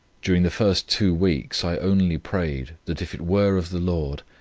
during the first two weeks i only prayed that if it were of the lord,